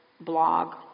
blog